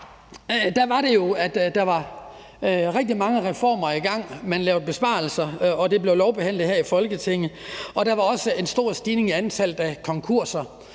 rigtig mange reformer i gang. Man lavede besparelser, og det blev lovbehandlet her i Folketinget, og der var også en stor stigning i antallet af konkurser,